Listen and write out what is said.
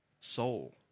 soul